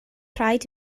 rhaid